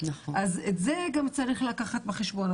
אז גם את זה צריך לקחת בחשבון.